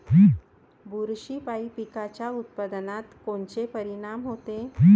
बुरशीपायी पिकाच्या उत्पादनात कोनचे परीनाम होते?